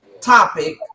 topic